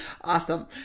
awesome